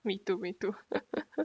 me too me too